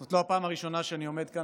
זאת לא הפעם הראשונה שאני עומד כאן